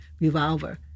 revolver